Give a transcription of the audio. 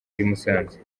musanze